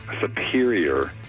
superior